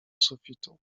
sufitu